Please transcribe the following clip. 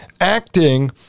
acting